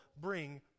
bring